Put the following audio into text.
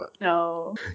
No